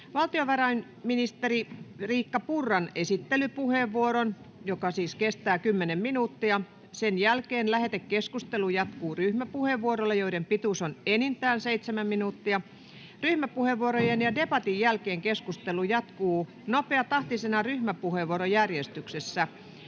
Valtiovarainministeri Riikka Purran esittelypuheenvuoron — joka siis kestää kymmenen minuuttia — jälkeen lähetekeskustelu jatkuu ryhmäpuheenvuoroilla, joiden pituus on enintään seitsemän minuuttia. Ryhmäpuheenvuorojen ja debatin jälkeen keskustelu jatkuu nopeatahtisena ryhmäpuheenvuorojärjestyksessä.